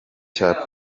cya